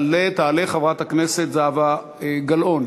תעלה חברת הכנסת זהבה גלאון.